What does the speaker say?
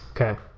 Okay